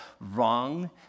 wrong